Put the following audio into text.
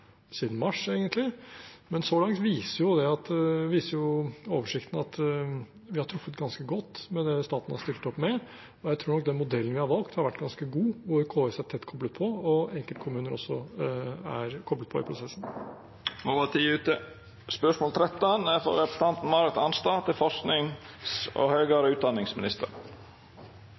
mars, egentlig, men så langt viser jo oversikten at vi har truffet ganske godt med det staten har stilt opp med. Jeg tror nok den modellen vi har valgt, har vært ganske god. KS er tett koblet på, og enkeltkommuner er også koblet på i prosessen. «En rapport fra Nordisk institutt for studier av innovasjon, forskning og utdanning som tar for seg det norske opptakssystemet til høyere